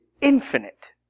infinite